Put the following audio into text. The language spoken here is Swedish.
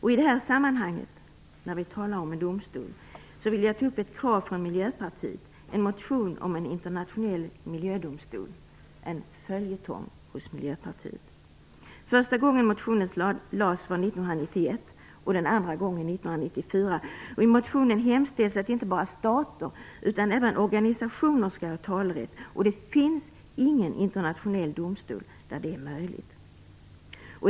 I detta sammanhang, när vi talar om en domstol, vill jag ta upp ett krav från Miljöpartiet som vi har ställt i en motion om en internationell miljödomstol. Det är en följetong hos Miljöpartiet. Första gången som motionen väcktes var 1991 och den andra gången 1994. I motionen hemställs att inte bara stater utan även organisationer skall ha talerätt. Det finns ingen internationell domstol där det är möjligt.